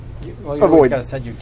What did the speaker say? avoid